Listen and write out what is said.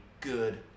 good